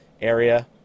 area